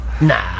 Nah